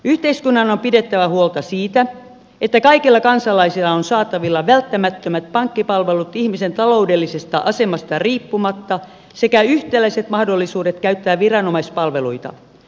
yhteiskunnan on pidettävä huolta siitä että kaikilla kansalaisilla on saatavilla välttämättömät pankkipalvelut ihmisen taloudellisesta asemasta riippumatta sekä yhtäläiset mahdollisuudet käyttää viranomaispalveluita